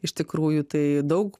iš tikrųjų tai daug